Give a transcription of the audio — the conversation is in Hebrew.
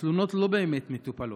התלונות לא באמת מטופלות.